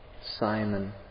Simon